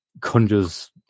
conjures